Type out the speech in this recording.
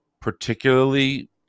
particularly